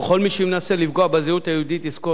וכל מי שמנסה לפגוע בזהות היהודית יזכור